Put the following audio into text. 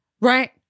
Right